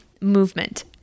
movement